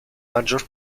maggior